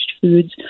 foods